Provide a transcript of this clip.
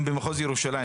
גם במחוז ירושלים.